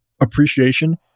appreciation